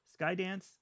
Skydance